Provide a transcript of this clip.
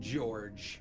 George